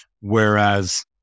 whereas